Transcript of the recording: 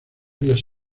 vías